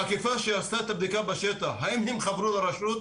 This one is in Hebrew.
האכיפה שעשתה את הבדיקה בשטח האם הם חברו לרשות?